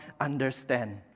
understand